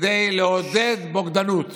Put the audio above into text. כדי לעודד בוגדנות?